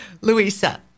Luisa